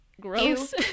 gross